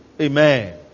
Amen